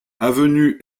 avenue